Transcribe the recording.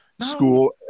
school